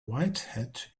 whitehead